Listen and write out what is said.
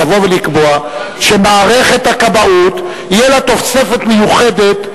לבוא ולקבוע שמערכת הכבאות תהיה לה תוספת מיוחדת,